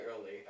early